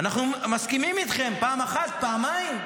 אנחנו מסכימים איתכם פעם אחת, פעמיים.